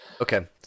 okay